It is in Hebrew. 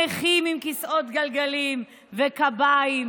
נכים עם כיסאות גלגלים וקביים,